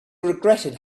regretted